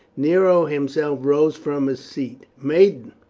nero himself rose from his seat. maiden,